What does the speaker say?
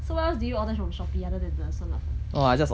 so what else did you order from shopee other than the 酸辣粉